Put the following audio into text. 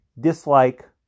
dislike